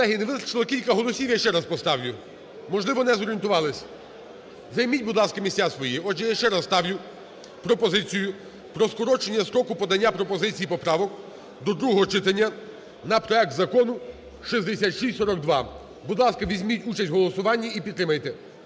Колеги, не вистачило кілька голосів. Я ще раз поставлю. Можливо, не зорієнтувалися. Займіть, будь ласка, місця свої. Отже, я ще раз ставлю пропозицію про скорочення строку подання пропозицій і поправок до другого читання на проект Закону 6642. Будь ласка, візьміть участь в голосуванні і підтримайте.